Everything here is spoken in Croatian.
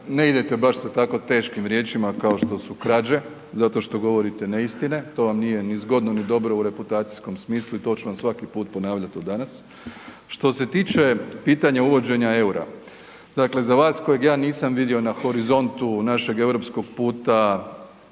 ne idete baš sa tako teškim riječima kao što su krađe, zato što govorite neistine, to vam nije ni zgodno ni dobro u reputacijskom smislu i to ću vam svaki put ponavljat od danas. Što se tiče pitanja uvođenja EUR-a, dakle za vas kojeg ja nisam vidio na horizontu našeg europskog puta,